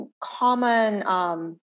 common